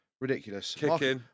ridiculous